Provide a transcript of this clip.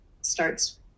starts